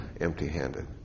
empty-handed